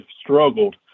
struggled